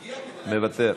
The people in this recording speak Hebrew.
מוותר.